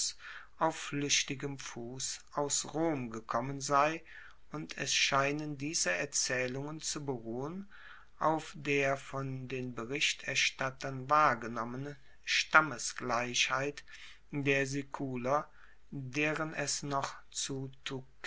auf fluechtigem fuss aus rom gekommen sei und es scheinen diese erzaehlungen zu beruhen auf der von den berichterstattern wahrgenommenen stammesgleichheit der siculer deren es noch zu